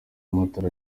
umumotari